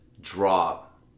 drop